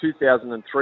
2003